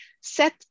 set